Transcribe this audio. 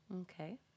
okay